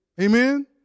Amen